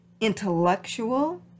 Intellectual